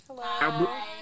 Hello